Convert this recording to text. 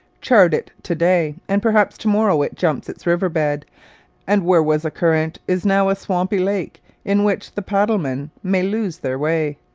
chart it to-day, and perhaps to-morrow it jumps its river bed and where was a current is now a swampy lake in which the paddlemen may lose their way.